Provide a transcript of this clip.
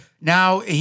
now